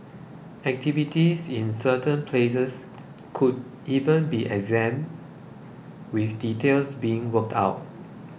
activities in certain places could even be exempt with details being worked out